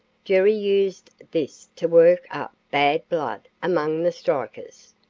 gerry used this to work up bad blood among the strikers,